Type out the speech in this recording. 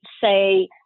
say